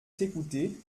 t’écouter